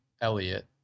Elliot